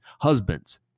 Husbands